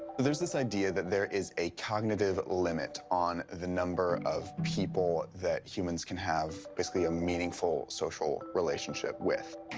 there's this idea that there is a cognitive limit on the number of people that humans can have, basically, a meaningful, social relationship with.